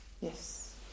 Yes